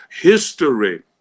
History